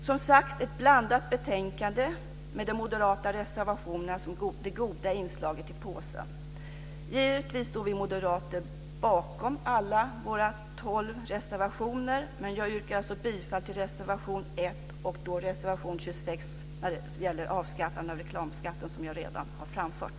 Som sagt, detta är ett blandat betänkande med de moderata reservationerna som det goda inslaget i påsen. Givetvis står vi moderater bakom alla våra tolv reservationer, men jag yrkar bifall till reservationerna 1 och 26 när det gäller avskaffande av reklamskatten, som jag redan har berört.